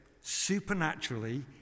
supernaturally